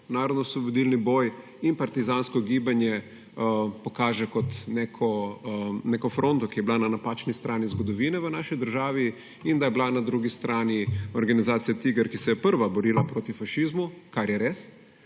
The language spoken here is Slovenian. narodnoosvobodilni boj in partizansko gibanje pokaže kot neko fronto, ki je bila na napačni strani zgodovine v naši državi, in da je bila na drugi strani organizacija TIGR, ki se je prva borila proti fašizmu, kar je res,